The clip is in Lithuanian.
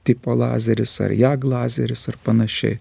tipo lazeris ar jag lazeris ar panašiai